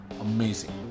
Amazing